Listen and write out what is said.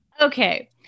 Okay